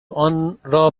آنرا